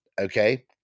Okay